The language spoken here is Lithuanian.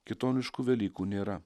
kitoniškų velykų nėra